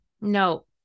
No